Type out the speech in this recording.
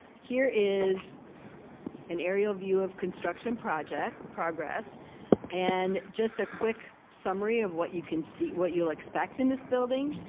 here is an aerial view of construction project progress and just a quick summary of what you can see, what you'll expect in this building,